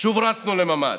שוב רצנו לממ"ד.